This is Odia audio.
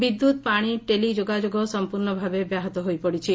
ବିଦ୍ୟୁତ୍ ପାଶି ଟେଲି ଯୋଗାଯୋଗ ସଂପ୍ରର୍ଣ୍ଡ ଭାବେ ବ୍ୟାହତ ହୋଇପଡ଼ିଛି